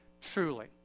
truly